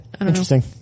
interesting